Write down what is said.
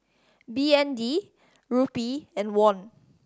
B N D Rupee and Won